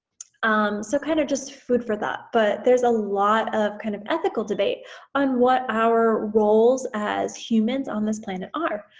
um so kind of just food for thought, but there's a lot of kind of ethical debate on what our roles as humans on this planet are,